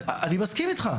אני מסכים איתך.